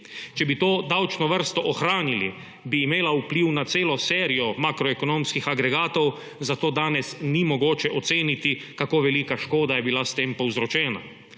Če bi to davčno vrsto ohranili, bi imela vpliv na celo serijo makroekonomskih agregatov, zato danes ni mogoče oceniti, kako velika škoda je bila s tem povzročena.